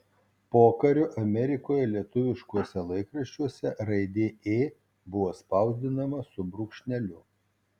pokariu amerikoje lietuviškuose laikraščiuose raidė ė buvo spausdinama su brūkšneliu